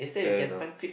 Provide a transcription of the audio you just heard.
fair enough